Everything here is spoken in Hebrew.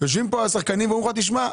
יושבים פה השחקנים ואומרים לך תשמע,